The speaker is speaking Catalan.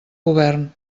govern